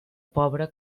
pobra